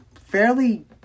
fairly